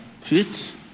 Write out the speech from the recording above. fit